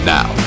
Now